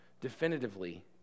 definitively